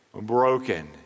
broken